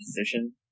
position